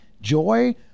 joy